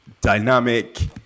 dynamic